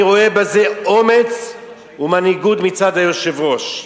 אני רואה בזה אומץ ומנהיגות מצד היושב-ראש.